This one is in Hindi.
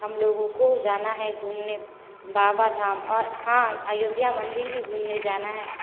हम लोगों को जाना है घूमने बाबा धाम और हाँ अयोध्या मंदिर भी घूमने जाना है